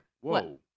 Whoa